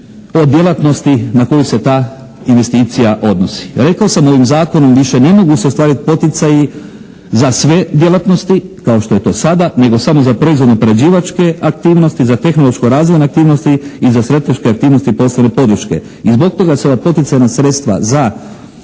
o djelatnosti na koju se ta investicija odnosi. Rekao sam, ovim zakonom više se ne mogu ostvariti poticaji za sve djelatnosti kao što je to sada nego samo za proizvodno-prerađivačke aktivnosti, za tehnološko razvoje aktivnosti i za strateške aktivnosti poslovne podrške. I zbog toga se ova poticajna sredstva za